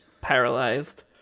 paralyzed